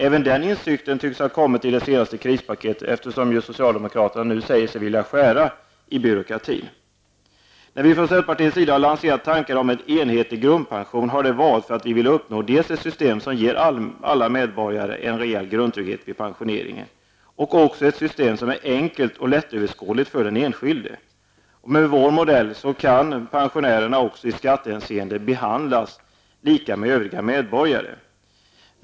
Även den insikten tycks ha kommit i det senaste krispaketet, eftersom socialdemokraterna nu säger sig vilja skära i byråkratin. När vi från centerpartiets sida har lanserat tankarna om en enhetlig grundpension har det varit för att vi vill uppnå dels ett system som ger alla medborgare en rejäl grundtrygghet vid pensioneringen, dels ett system som är enkelt och lättöverskådligt för den enskilde. Med vår modell kan pensionärerna också i skattehänseende behandlas på samma sätt som övriga medborgare.